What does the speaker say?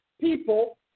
people